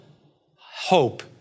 hope